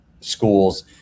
schools